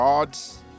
God's